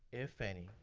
if any,